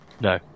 No